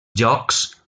jocs